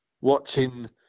watching